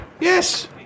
Yes